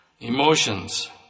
Emotions